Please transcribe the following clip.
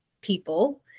people